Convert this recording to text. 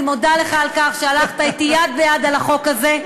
אני מודה לך על כך שהלכת אתי יד ביד בחוק הזה.